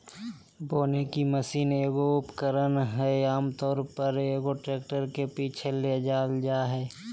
बोने की मशीन एगो उपकरण हइ आमतौर पर, एगो ट्रैक्टर के पीछे ले जाल जा हइ